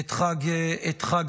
את חג המולד.